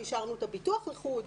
אישרנו את הביטוח לחוד,